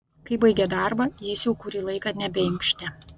kai baigė darbą jis jau kurį laiką nebeinkštė